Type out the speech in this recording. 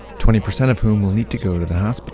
twenty percent of whom will need to go to the